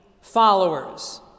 followers